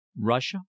Russia